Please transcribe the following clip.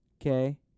Okay